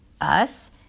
Us